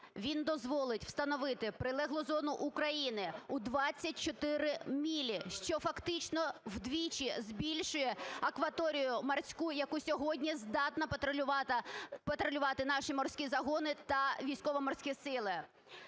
Він дозволить встановити прилеглу зону України у 24 милі, що фактично вдвічі збільшує акваторію морську, яку сьогодні здатні контролювати наші морські загони та Військово-Морські сили.